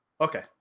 okay